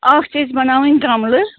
اَکھ چھِ أسۍ بَناوٕنۍ گملہٕ